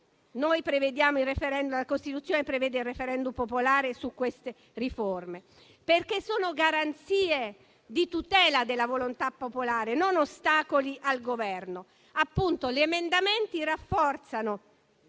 la Costituzione prevede il *referendum* popolare su queste riforme, perché sono garanzie di tutela della volontà popolare, non ostacoli al Governo.